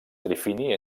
trifini